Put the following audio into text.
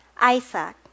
Isaac